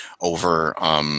over